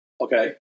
Okay